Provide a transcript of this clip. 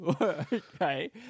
Okay